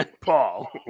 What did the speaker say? Paul